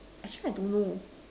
actually I don't know